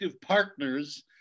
partners